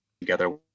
together